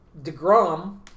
DeGrom